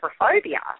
agoraphobia